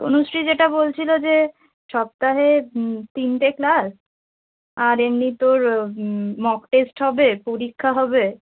তনুশ্রী যেটা বলছিল যে সপ্তাহে তিনটে ক্লাস আর এমনি তোর মক টেস্ট হবে পরীক্ষা হবে